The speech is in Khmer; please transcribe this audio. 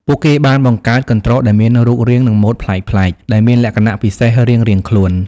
ពួកគេបានបង្កើតកន្ត្រកដែលមានរូបរាង និងម៉ូដប្លែកៗ ដែលមានលក្ខណៈពិសេសរៀងៗខ្លួន។